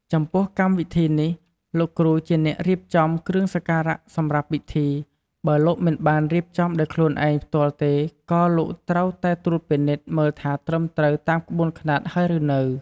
ចំពោះកម្មវិធីនេះលោកគ្រូជាអ្នករៀបចំគ្រឿងសក្ការៈសម្រាប់ពិធី បើលោកមិនបានរៀបចំដោយខ្លួនឯងផ្ទាល់ទេក៏លោកត្រូវតែត្រួតពិនិត្យមើលថាត្រឹមត្រូវតាមក្បួនខ្នាតហើយឬនៅ។